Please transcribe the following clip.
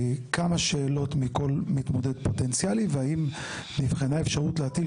כמה שאלות מכל מתמודד פוטנציאלי והאם נבחנה אפשרות להטיל